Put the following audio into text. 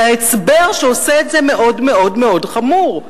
זה ההצבר שעושה את זה מאוד מאוד מאוד חמור.